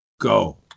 go